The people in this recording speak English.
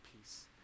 peace